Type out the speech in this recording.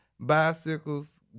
bicycles